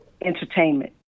entertainment